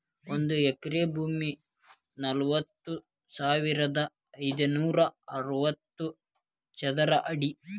ಒಂದ ಎಕರೆ ಭೂಮಿ ನಲವತ್ಮೂರು ಸಾವಿರದ ಐದನೂರ ಅರವತ್ತ ಚದರ ಅಡಿ